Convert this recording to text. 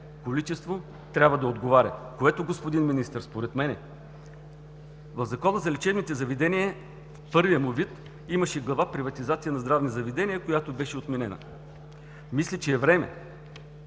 количество, трябва да отговаря, което, господин Министър, според мен в Закона за лечебните заведения в първия му вид имаше глава „Приватизация на здравни заведения“, която беше отменена. Мисля, че е време,